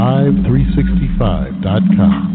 Live365.com